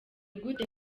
gute